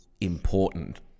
important